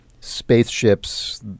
spaceships